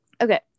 Okay